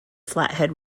flathead